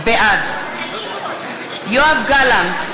בעד יואב גלנט,